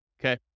Okay